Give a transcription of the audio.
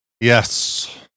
Yes